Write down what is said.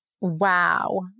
Wow